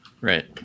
Right